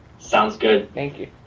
sounds good. thank you.